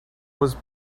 was